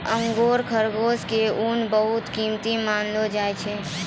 angora खरगोश के ऊन बहुत कीमती मानलो जाय छै